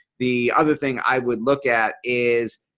the other thing i would look at is.